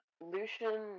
Lucian